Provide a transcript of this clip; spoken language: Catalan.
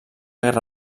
guerra